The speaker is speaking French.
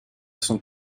sont